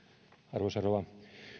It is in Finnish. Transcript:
arvoisa rouva